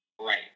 Right